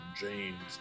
james